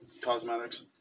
cosmetics